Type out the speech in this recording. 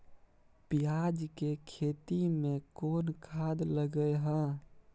पियाज के खेती में कोन खाद लगे हैं?